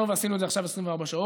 באנו ועשינו את זה עכשיו 24 שעות.